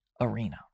arena